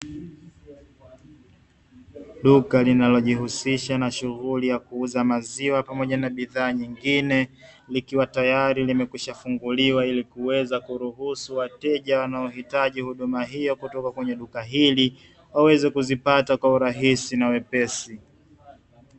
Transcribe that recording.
Duka linalojihusisha na shughuli ya kuuzaji maziwa pamoja na bidhaa nyingine. Likiwa tayari limekwishafunguliwa ili kuweza kuruhusu wateja wanayohitaji huduma hiyo kutoka kwenye duka hili waweze kuzipata kwa urahisi na wepesi.